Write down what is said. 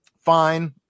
Fine